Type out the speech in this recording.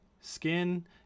skin